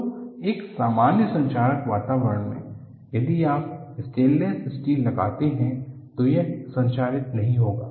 तो एक सामान्य संक्षारक वातावरण में यदि आप स्टेनलेस स्टील लगाते हैं तो यह संक्षारित नहीं होगा